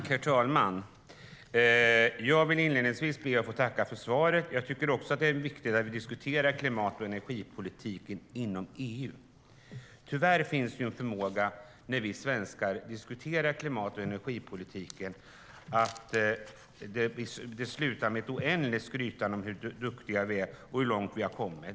Herr talman! Jag ber inledningsvis att få tacka för svaret. Jag tycker att det är viktigt att vi diskuterar klimat och energipolitiken inom EU. Tyvärr finns det en tendens när vi svenskar diskuterar klimat och energipolitiken att det slutar med ett oändligt skrytande om hur duktiga vi är och hur långt vi har kommit.